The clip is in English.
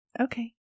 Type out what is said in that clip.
Okay